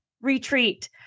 retreat